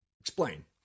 Explain